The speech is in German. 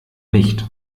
nicht